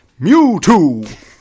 Mewtwo